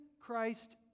Christ